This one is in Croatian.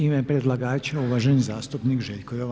U ime predlagača uvaženi zastupnik Željko